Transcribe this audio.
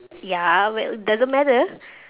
ya well doesn't matter